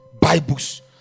Bibles